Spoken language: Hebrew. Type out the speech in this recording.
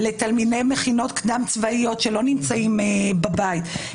לתלמידי מכינות קדם צבאיות שלא נמצאים בבית,